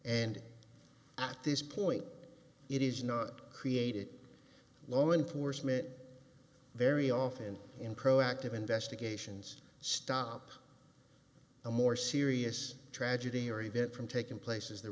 and at this point it is not created law enforcement very often in proactive investigations to stop a more serious tragedy or event from taking place as the